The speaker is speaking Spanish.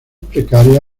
precaria